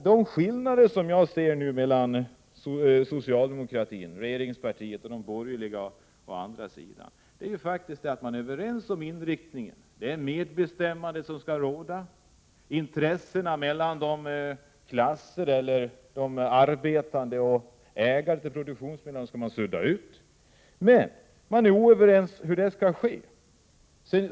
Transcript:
Den skillnad jag ser mellan regeringspartiet/socialdemokratin och de borgerliga hänger ihop med att man är överens om inriktningen. Det är medbestämmande som skall råda. Intressekonflikten mellan de arbetande och ägarna till produktionsmedlen skall man sudda ut — men man är inte överens om hur det skall ske.